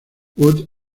wood